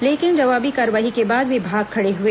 लेकिन जवाबी कार्रवाई के बाद वे भाग खड़े हए